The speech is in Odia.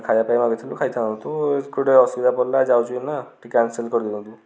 ଖାଇବା ପାଇଁ ମାଗିଥିଲୁ ଖାଇଥାନ୍ତୁ ଅସୁବିଧା ପଡ଼ିଲା ଯାଉଛୁ ହେରି ନା ଟିକେ କ୍ୟାନସଲ୍ କରିଦିଅନ୍ତୁ